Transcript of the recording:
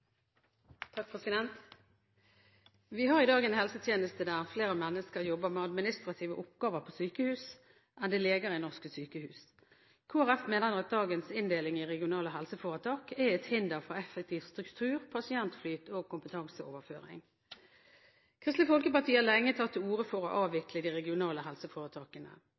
leger i norske sykehus. Kristelig Folkeparti mener at dagens inndeling i regionale helseforetak er et hinder for effektiv struktur, pasientflyt og kompetanseoverføring. Kristelig Folkeparti har lenge tatt til orde for å avvikle de regionale helseforetakene.